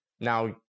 now